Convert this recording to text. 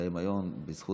שהתקיים היום בזכות